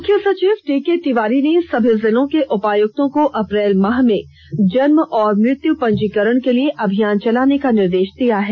मुख्य सचिव डीके तिवारी ने सभी जिलों के उपायुक्तों को अप्रैल माह में जन्म और मृत्यु पंजीकरण के लिए अभियान चलाने का निर्देष दिया है